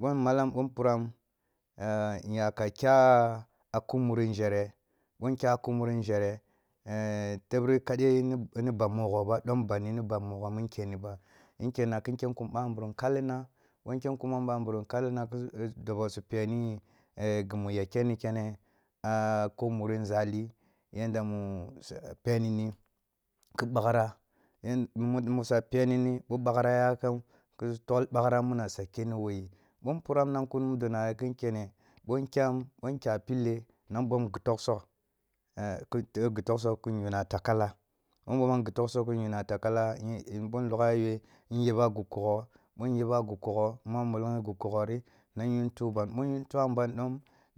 Ъo mmalam, ъo mpuram nya ka kya a ku muri nȝhere nȝhere, teb ri kadai ni ba mogho ba, dom bandi ni mogho mun kenni ba, nkenna kin kum bamburum kallina, ъo ikyam kum bamburum kallina ki su dobo su peni ghi mu ya keni kene a ku muri nȝali yadda mu peni ni ki ъakgra musa peni ni, musa peni ni ъo bakgra yakam ki su tob bakgra musa keni wo yi. Bo mpuram na kuni mini nari kin kene, ъo nkyam, ъo nkya pille nan bom ghi toksugh ghi toksugh kin yuna a takala, bo mbom am toksugh kin yuna a takala, bo nlugha agye gin yaba a ghi kogho, ъo nyaba a ghi kogho, mua molong ghi kogho ri, ъo yin tuban, ъo ntuabandi,